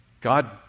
God